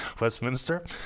Westminster